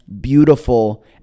beautiful